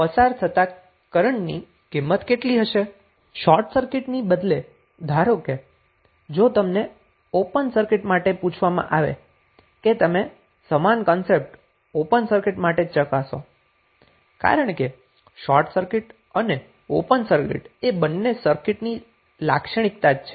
હવે શોર્ટ સર્કિટને બદલે ધારો કે જો તમને ઓપન સર્કિટ માટે પૂછવામાં આવે કે તમે સમાન કન્સેપ્ટ ઓપન સર્કિટ માટે ચકાસો કારણ કે શોર્ટ સર્કિટ અને ઓપન સર્કિટ એ બંને સર્કિટની જ લાક્ષણિકતા છે